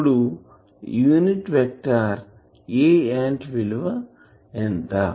ఇప్పుడు unit vector aant విలువ ఎంత